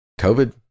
COVID